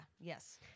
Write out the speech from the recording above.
yes